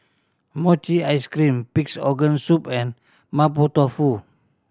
mochi ice cream Pig's Organ Soup and Mapo Tofu